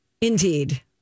Indeed